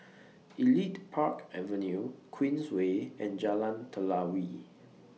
Elite Park Avenue Queensway and Jalan Telawi